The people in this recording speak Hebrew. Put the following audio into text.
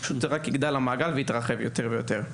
כך, המעגל רק יגדל ויתרחב יותר ויותר.